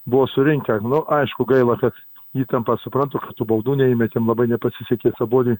buvo surinkę nu aišku gaila kad įtampa suprantu kad tų baudų neįmetėm labai nepasisekė saboniui